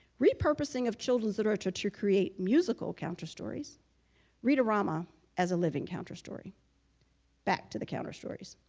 repurposing of children's literature to create musical counter stories reader amma as a living counter story back to the counterstories.